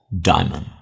diamond